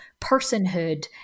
personhood